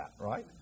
right